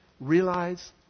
Realize